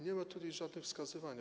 Nie ma tutaj żadnego wskazywania.